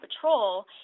patrol